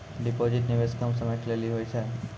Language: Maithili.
डिपॉजिट निवेश कम समय के लेली होय छै?